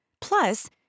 Plus